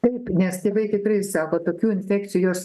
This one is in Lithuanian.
taip nes tėvai tikrai sako tokių infekcijos